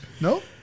No